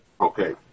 Okay